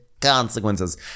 consequences